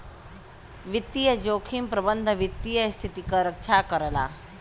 वित्तीय जोखिम प्रबंधन वित्तीय स्थिति क रक्षा करला